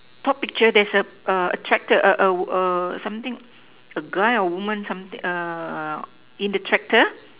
top picture there's a a tractor a a a something a guy or woman something err in the tractor